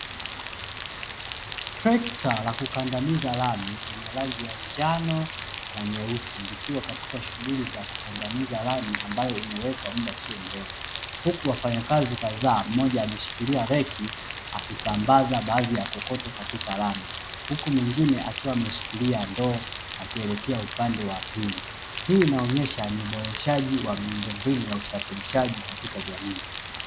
Trekta la kukandamiza lami lenye rangi ya njano na nyeusi, likiwa katika shughuli za kukandamiza lami ambayo imewekwa muda sio mrefu, huku wafanyakazi kadhaa mmoja ameshikilia reki akisambaza baadhi ya kokoto katika lami, huku mwingine akiwa ameshikilia ndoo akielekea upande wa pili. Hii inaonyesha ni uboreshaji wa miundombinu ya usafirishaji katika jamii.